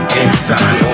inside